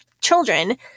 children